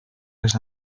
les